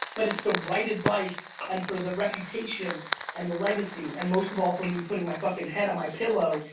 but it's the right advice and for the reputation and the legacy and most of all for me, putting my fucking head on my pillow,